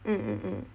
mm mm mm